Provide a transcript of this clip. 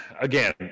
again